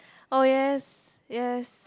oh yes yes